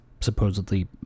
supposedly